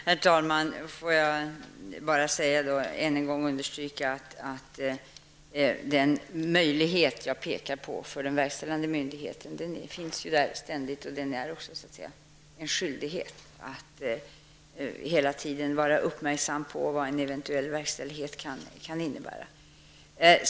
Herr talman! Jag vill bara än en gång understryka att den möjlighet för den verkställande myndigheten som jag pekade på finns ständigt, och den utgör också en skyldighet att hela tiden vara uppmärksam på vad en eventuell verkställighet kan innebära.